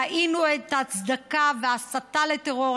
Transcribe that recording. ראינו את ההצדקה וההסתה לטרור.